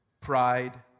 pride